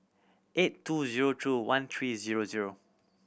eight two zero two one three zero zero